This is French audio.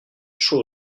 chaud